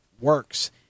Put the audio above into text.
works